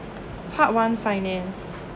part one finance